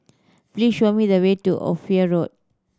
please show me the way to Ophir Road